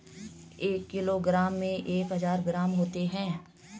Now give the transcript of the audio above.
एक किलोग्राम में एक हजार ग्राम होते हैं